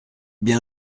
bien